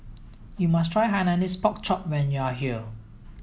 you must try Hainanese pork chop when you are here